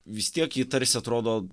vis tiek ji tarsi atrodo